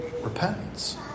Repentance